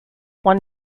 won